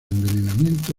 envenenamiento